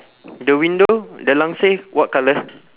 the window the langsir what colour